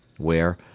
where,